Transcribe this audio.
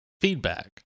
feedback